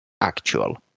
actual